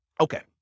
okay